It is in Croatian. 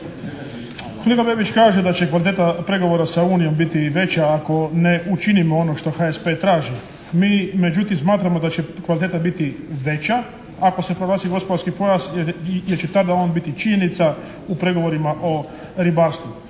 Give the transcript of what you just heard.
Kolega Bebić kaže da će kvaliteta pregovora sa Unijom biti …/Zbog najave, govornik se ne razumije./… ako ne učinimo ono što HSP traži. Mi međutim smatramo da će kvaliteta biti veća ako se proglasi gospodarski pojas jer će tada on biti činjenica u pregovorima o ribarstvu,